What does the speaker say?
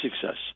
success